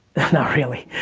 not really.